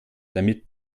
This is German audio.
damit